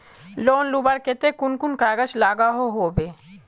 Loan लुबार केते कुन कुन कागज लागोहो होबे?